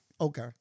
Okay